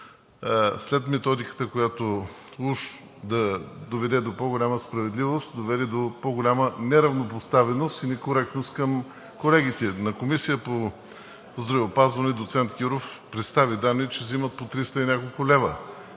След Методиката, която уж да доведе до по-голяма справедливост, но доведе до по-голяма неравнопоставеност и некоректност към колегите. В Комисията по здравеопазването доцент Киров представи данни, че взимат по триста и няколко лева.